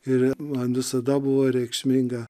ir man visada buvo reikšminga